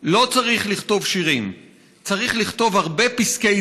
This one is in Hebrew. / לא צריך לכתוב שירים / צריך לכתוב הרבה פסקי